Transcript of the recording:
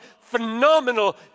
phenomenal